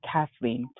Kathleen